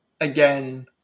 again